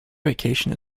vacation